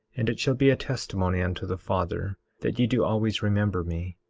and it shall be a testimony unto the father that ye do always remember me.